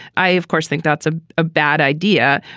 i, of course, think that's a ah bad idea.